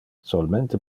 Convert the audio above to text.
solmente